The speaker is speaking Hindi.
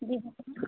जी बताऍं